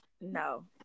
no